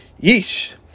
yeesh